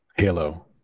Halo